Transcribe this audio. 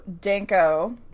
Danko